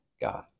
God